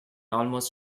almost